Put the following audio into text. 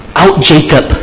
out-Jacob